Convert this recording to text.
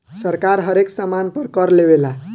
सरकार हरेक सामान पर कर लेवेला